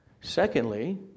Secondly